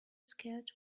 scarred